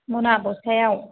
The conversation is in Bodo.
मना बस्थायाव